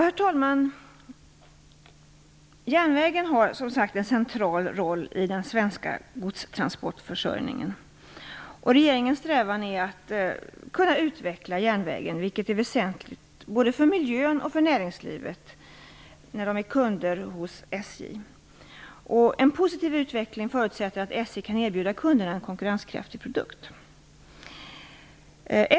Herr talman! Järnvägen har en central roll i den svenska godstransportförsörjningen. Regeringens strävan är att kunna utveckla järnvägen, vilket är väsentligt både för miljön och för näringslivet i dess egenskap av kund till SJ. En positiv utveckling förutsätter att SJ kan erbjuda kunderna en konkurrenskraftig produkt.